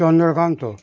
Chandrakant